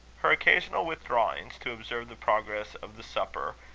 her occasional withdrawings, to observe the progress of the supper,